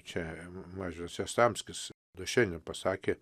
čia mažvydas jastramskis da šiandien pasakė